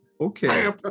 Okay